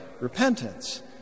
repentance